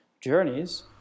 journeys